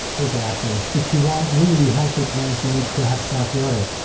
he's laughing. if you want really healthy plants, you need to have soft water.